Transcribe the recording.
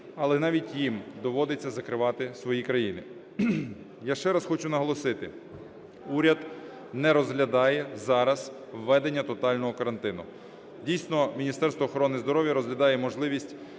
але навіть їм доводиться закривати свої країни. Я ще раз хочу наголосити: уряд не розглядає зараз введення тотального карантину. Дійсно, Міністерство охорони здоров'я розглядає можливість